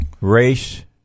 race